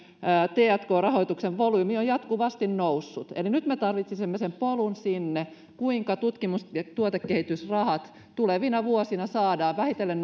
tk rahoituksen volyymi on jatkuvasti noussut eli nyt me tarvitsisimme sen polun sinne kuinka tutkimus ja tuotekehitysrahat tulevina vuosina saadaan vähitellen